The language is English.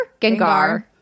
Gengar